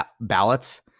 ballots